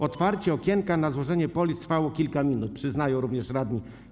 Otwarcie okienka na złożenie polis trwało kilka minut - przyznają również radni.